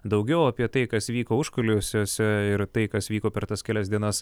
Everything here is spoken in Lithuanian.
daugiau apie tai kas vyko užkulisiuose ir tai kas vyko per tas kelias dienas